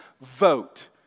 vote